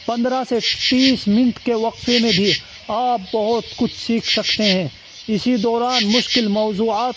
پندرہ سے تیس منٹ کے وقفے میں بھی آپ بہت کچھ سیکھ سکتے ہیں اسی دوران مشکل موضوعات